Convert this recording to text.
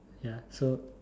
ya so